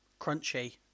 crunchy